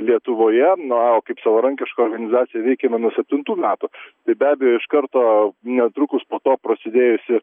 lietuvoje na o kaip savarankiška organizacija veikiame nuo septintų metų tai be abejo iš karto netrukus po to prasidėjusi